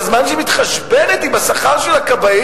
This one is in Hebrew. בזמן שהיא מתחשבנת על השכר של הכבאים